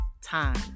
time